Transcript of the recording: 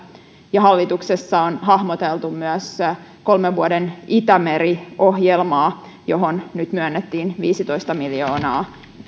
hallituksessa on hahmoteltu myös kolmen vuoden itämeri ohjelmaa johon nyt myönnettiin viisitoista miljoonaa